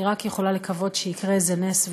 אני רק יכולה לקוות שיקרה איזה נס,